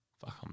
Fuck